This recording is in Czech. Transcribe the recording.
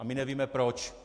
A my nevíme proč.